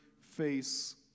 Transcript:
face